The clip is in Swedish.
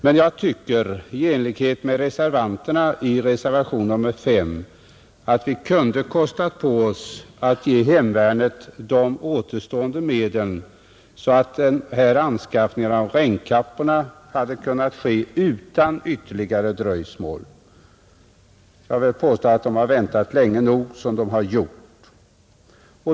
Men jag tycker i likhet med vad reservanterna föreslagit i reservationen 5 att vi kunde ha kostat på oss att ge hemvärnet de återstående medlen så att den här anskaffningen av regnkappor hade kunnat ske utan ytterligare dröjsmål. Jag vill påstå att hemvärnet redan har väntat länge nog.